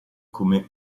come